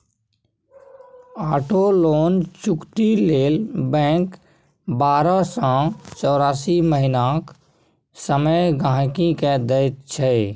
auto loan चुकती लेल bank बारह सँ चौरासी महीनाक समय गांहिकी केँ दैत छै